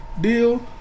deal